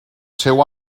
seu